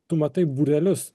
tu matai būrelius